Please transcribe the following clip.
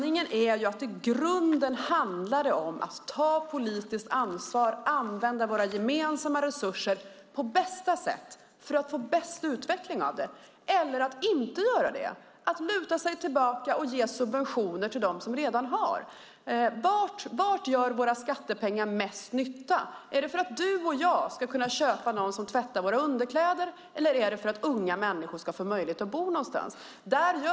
I grunden handlar det om att antingen ta politiskt ansvar och använda våra gemensamma resurser på bästa sätt för att få bäst utveckling eller att inte göra det och luta sig tillbaka och ge subventioner till dem som redan har. Var gör våra skattepengar mest nytta? Ska du och jag kunna köpa någon som tvättar våra underkläder eller ska unga människor få möjlighet att bo någonstans?